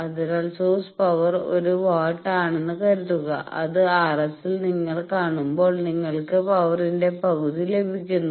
അതിനാൽ source power ഒരു watt ആണെന്ന് കരുതുക അത് RS ൽ നിങ്ങൾ കാണുമ്പോൾ നിങ്ങൾക്ക് പവറിന്റെ പകുതി ലഭിക്കുന്നു